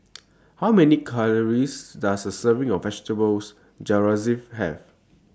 How Many Calories Does A Serving of Vegetable Jalfrezi Have